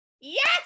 Yes